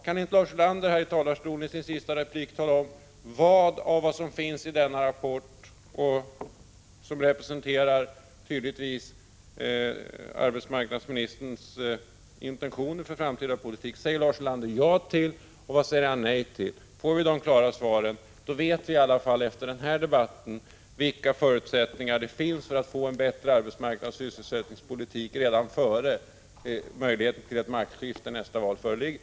Kan inte Lars Ulander i sin sista replik tala om vilka delar av den rapport — som tydligen representerar arbetsmarknadsministerns intentioner för framtida politik — som Lars Ulander säger ja till och vilka delar han säger nej till? Får vi dessa klara svar vet vi efter den här debatten vilka förutsättningar det finns för att få en bättre arbetsmarknadsoch sysselsättningspolitik redan innan möjligheten till ett maktskifte vid nästa val föreligger.